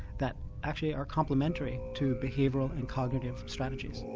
that actually are complementary to behavioural and cognitive strategies.